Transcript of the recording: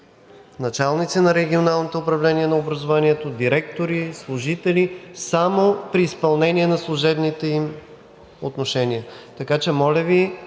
началници на регионалното управление на образованието, директори, служители, само при изпълнение на служебните им отношения.